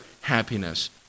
happiness